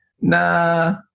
Nah